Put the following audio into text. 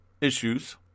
issues